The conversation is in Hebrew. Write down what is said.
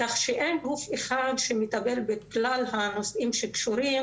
כך שאין גוף אחד שמטפל בכלל הנושאים שקשורים